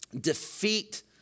defeat